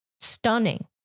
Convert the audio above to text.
Stunning